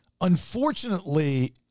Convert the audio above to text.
Unfortunately